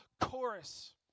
chorus